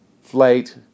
flight